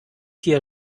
hier